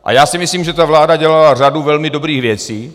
A já si myslím, že ta vláda dělala řadu velmi dobrých věcí.